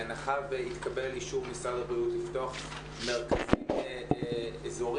בהנחה שיתקבל אישור ממשרד הבריאות לפתוח מרכזים אזוריים,